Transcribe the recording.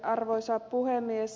arvoisa puhemies